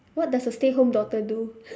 what does a stay home daughter do